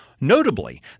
Notably